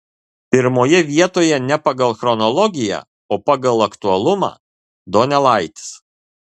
pirmoje vietoje ne pagal chronologiją o pagal aktualumą donelaitis